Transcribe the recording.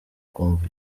kumva